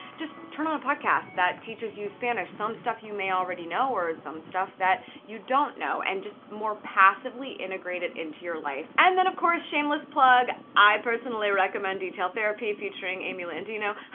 just turn on a podcast that teaches you spanish. some stuff you may already know or some stuff that you don't know and just more passively integrate it into your life. and then of course, shameless plug, i personally recommend detail therapy featuring amy landino,